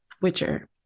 witcher